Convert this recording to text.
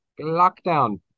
lockdown